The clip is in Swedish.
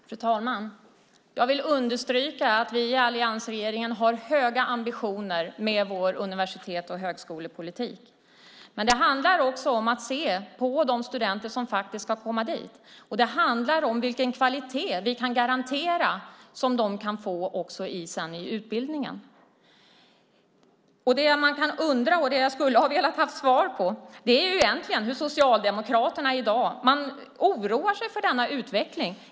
Fru talman! Jag vill understryka att vi och alliansregeringen har höga ambitioner med vår universitets och högskolepolitik. Men det handlar också om att se på de studenter som faktiskt ska komma dit, och det handlar om vilken kvalitet vi kan garantera, som de sedan kan få i utbildningen. Det man kan undra och det jag skulle ha velat ha besked om är hur Socialdemokraterna egentligen tänker i dag. Man oroar sig för denna utveckling.